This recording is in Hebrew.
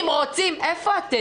איפה אתם?